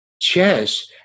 chess